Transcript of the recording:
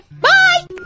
Bye